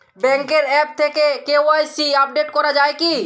ব্যাঙ্কের আ্যপ থেকে KYC update করা যায় কি?